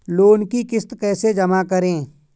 Loan की किश्त कैसे जमा करें?